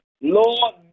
Lord